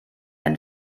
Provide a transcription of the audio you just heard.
ein